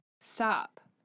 stop